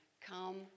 come